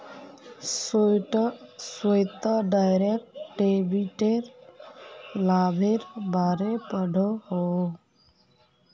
Shweta direct डेबिटेर लाभेर बारे पढ़ोहो